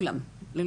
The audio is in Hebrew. היו?